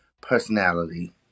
personality